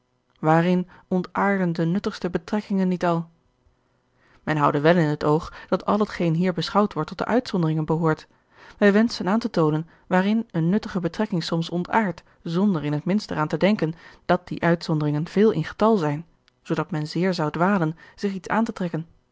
waarin ontaarden de nuttigste betrekkingen niet al men houde wel in het oog dat al hetgeen hier beschouwd wordt tot de uitzonderingen behoort wij wenschen aan te toonen waarin eene nuttige betrekking soms ontaardt zonder in het minst er aan te denken dat die uitzonderingen veel in getal zijn zoodat men zeer zou dwalen zich iets aan te trekken